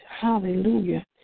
hallelujah